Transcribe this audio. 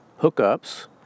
hookups